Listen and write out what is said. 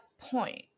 point